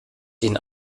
den